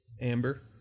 Amber